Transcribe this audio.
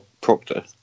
Proctor